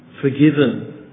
forgiven